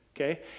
Okay